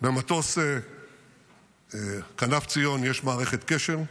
במטוס כנף ציון יש מערכת קשר.